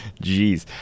Jeez